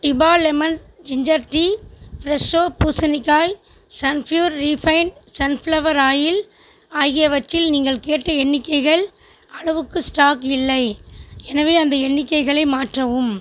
டிபா lemon ginger tea ஃப்ரெஷோ பூசணிக்காய் Sunpure refined sunflower oil ஆகியவற்றில் நீங்கள் கேட்ட எண்ணிக்கைகள் அளவுக்கு ஸ்டாக் இல்லை எனவே அந்த எண்ணிக்கைகளை மாற்றவும்